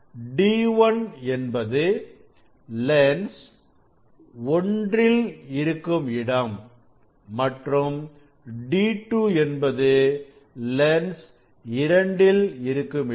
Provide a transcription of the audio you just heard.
d1 என்பது lens 1 இருக்கும் இடம் மற்றும் d2 என்பது லென்ஸ் 2 இருக்கும் இடம்